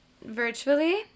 virtually